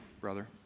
brother